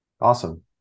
Awesome